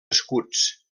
escuts